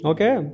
Okay